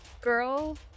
girl